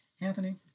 Anthony